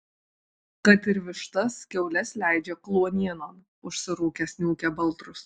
kad ir vištas kiaules leidžia kluonienon užsirūkęs niūkia baltrus